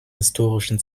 historischen